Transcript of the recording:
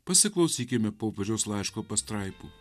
pasiklausykime popiežiaus laiško pastraipų